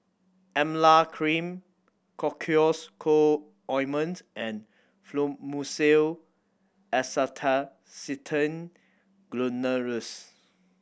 Emla Cream Cocois Co Ointment and Fluimucil Acetylcysteine Granules